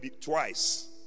twice